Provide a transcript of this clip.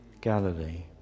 Galilee